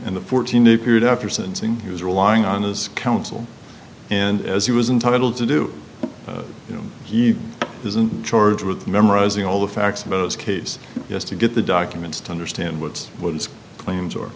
and the fourteen day period after sentencing he was relying on his counsel and as he was entitled to do you know he isn't charged with memorizing all the facts about his case yes to get the documents to understand what's what its claims or